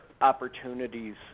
opportunities